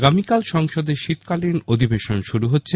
আগামীকাল সংসদের শীতকালীন অধিবেশন শুরু হচ্ছে